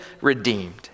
redeemed